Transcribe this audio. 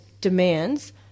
demands